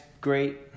great